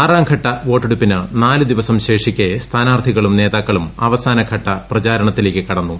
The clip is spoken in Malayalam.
ആറാം ഘട്ട വോട്ടെടുപ്പിന് നാല് ദിവസം ശേഷിക്കെ സ്ഥാനാർത്ഥികളും നേതാക്കളും അവസാനഘട്ട പ്രചാരണ ത്തിലേക്ക് കടന്നു